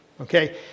Okay